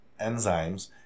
enzymes